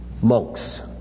monks